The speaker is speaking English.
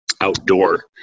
outdoor